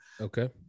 Okay